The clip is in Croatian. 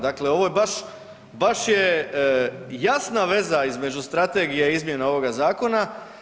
Dakle, ovo je baš, baš je jasna veza između Strategije i izmjena ovoga Zakona.